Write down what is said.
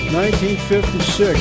1956